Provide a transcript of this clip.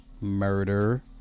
murder